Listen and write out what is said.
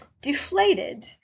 deflated